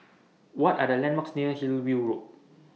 What Are The landmarks near Hillview Road